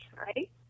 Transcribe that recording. Right